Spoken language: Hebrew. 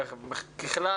ככלל,